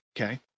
Okay